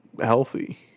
healthy